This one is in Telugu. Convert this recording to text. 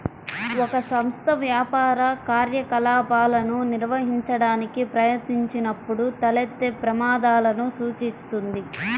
ఒక సంస్థ వ్యాపార కార్యకలాపాలను నిర్వహించడానికి ప్రయత్నించినప్పుడు తలెత్తే ప్రమాదాలను సూచిస్తుంది